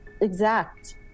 exact